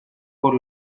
por